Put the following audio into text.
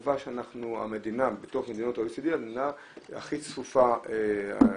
קבע שבתוך מדינות ה-OECD אנחנו המדינה הכי צפופה בכבישים.